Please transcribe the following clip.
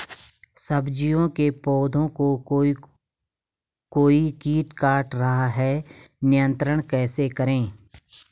सब्जियों के पौधें को कोई कीट काट रहा है नियंत्रण कैसे करें?